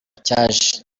cyaje